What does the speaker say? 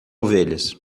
ovelhas